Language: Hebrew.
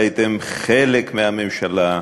הייתם חלק מהממשלה.